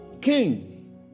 King